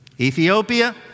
Ethiopia